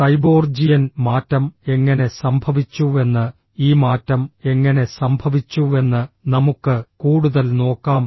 സൈബോർജിയൻ മാറ്റം എങ്ങനെ സംഭവിച്ചുവെന്ന് ഈ മാറ്റം എങ്ങനെ സംഭവിച്ചുവെന്ന് നമുക്ക് കൂടുതൽ നോക്കാം